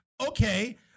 Okay